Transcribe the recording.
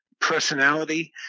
personality